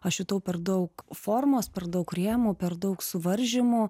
aš jutau per daug formos per daug rėmų per daug suvaržymų